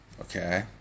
Okay